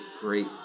great